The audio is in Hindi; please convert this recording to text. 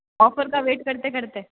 ऑफर का वेट करते करते